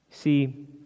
See